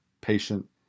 patient